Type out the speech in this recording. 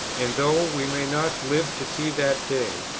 and though we may not live to see that day,